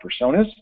personas